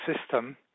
system